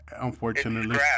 unfortunately